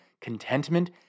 contentment